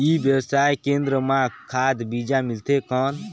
ई व्यवसाय केंद्र मां खाद बीजा मिलथे कौन?